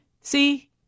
See